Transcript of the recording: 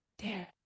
dare